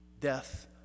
Death